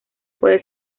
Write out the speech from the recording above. puede